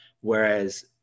whereas